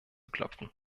klopfen